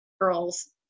girls